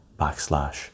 backslash